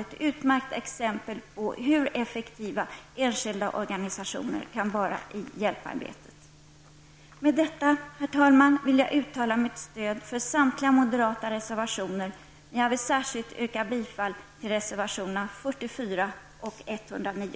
ett utmärkt exempel på hur effektiva enskilda organisationer kan vara i hjälparbetet. Med detta, herr talman, vill jag uttala mitt stöd för samtliga moderata reservationer, men jag vill särskilt yrka bifall till reservationerna 44 och 109.